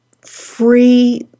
free